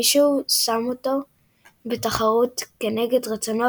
מישהו שם אותו בתחרות כנגד רצונו,